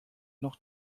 noch